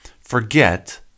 forget